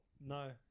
No